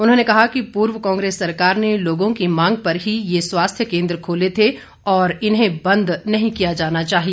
उन्होंने कहा कि पूर्व कांग्रेस सरकार ने लोगों की मांग पर ही ये स्वास्थ्य केंद्र खोले थे और इन्हें बंद नहीं किया जाना चाहिए